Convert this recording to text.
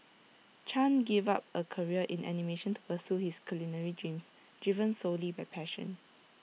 chan gave up A career in animation to pursue his culinary dreams driven solely by passion